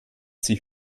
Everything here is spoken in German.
sie